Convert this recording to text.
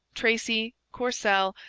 tracy, courcelle,